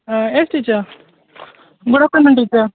yes teacher good afternoon teacher